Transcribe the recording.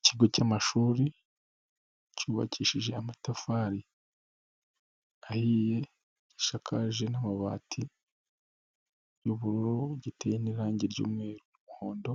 Ikigo cy'amashuri cyubakishije amatafari ahiye gishakaje n'amabati y'ubururu giteye n'irangi ry'umweru, umuhondo